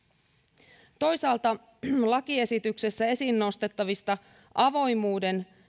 pidä olla toisaalta lakiesityksessä esiin nostettavista avoimuuden